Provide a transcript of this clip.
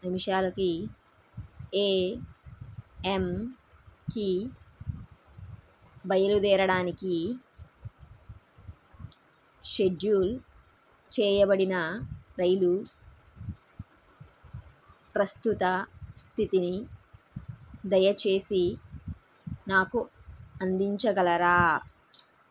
నిమిషాలకి ఏఎంకి బయలుదేరడానికి షెడ్యూల్ చేయబడిన రైలు ప్రస్తుత స్థితిని దయచేసి నాకు అందించగలరా